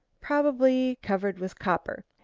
probably covered with copper,